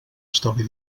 estalvi